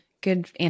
good